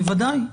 בוודאי.